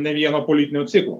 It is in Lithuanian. ne vieno politinio ciklo